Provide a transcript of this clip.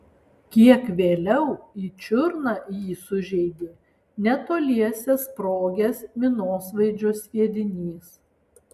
kiek vėliau į čiurną jį sužeidė netoliese sprogęs minosvaidžio sviedinys